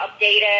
updated